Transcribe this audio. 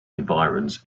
environs